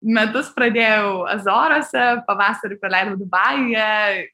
metus pradėjau azoruose pavasarį praleidau dubajuje